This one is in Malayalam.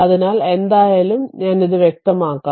അതിനാൽ എന്തായാലും ഞാൻ അത് വ്യക്തമാക്കാം